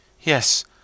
Yes